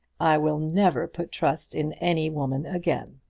i will never put trust in any woman again.